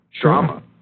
trauma